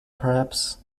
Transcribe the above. perhaps